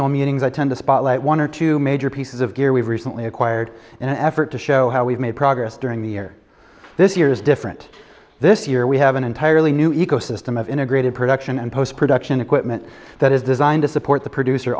annual meetings i tend to spotlight one or two major pieces of gear we've recently acquired an effort to show how we've made progress during the year this year is different this year we have an entirely new ecosystem of integrated production and post production equipment that is designed to support the producer